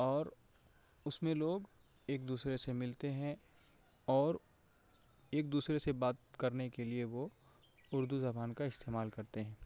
اور اس میں لوگ ایک دوسرے سے ملتے ہیں اور ایک دوسرے سے بات کرنے کے لیے وہ اردو زبان کا استعمال کرتے ہیں